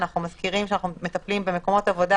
אנחנו מזכירים שאנחנו מטפלים במקומות עבודה